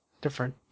Different